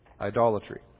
Idolatry